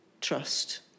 trust